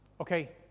Okay